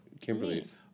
Kimberly's